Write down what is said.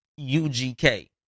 UGK